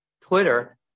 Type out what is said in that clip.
Twitter